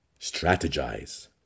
Strategize